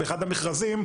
באחד המכרזים,